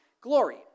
glory